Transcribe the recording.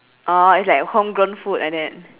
oh it's like homegrown food like that